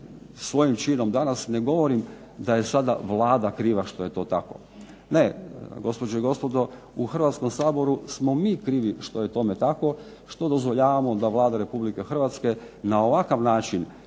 svojim činom danas ne govorim da je sada Vlada kriva što je to tako. Ne gospođe i gospodo u Hrvatskom saboru smo mi krivi što je tome tako što dozvoljavamo da Vlada Republike Hrvatske na ovakav način